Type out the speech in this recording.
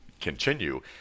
continue